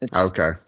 okay